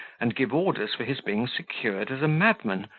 and give orders for his being secured as a madman,